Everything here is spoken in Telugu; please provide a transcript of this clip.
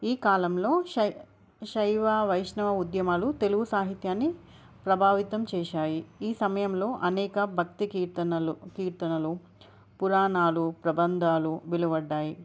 ఈ కాలంలో శై శైవ వైష్ణవ ఉద్యమాలు తెలుగు సాహిత్యాన్ని ప్రభావితం చేశాయి ఈ సమయంలో అనేక భక్తి కీర్తనలు కీర్తనలు పురాణాలు ప్రబంధాలు విలువడ్డాయి